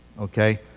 Okay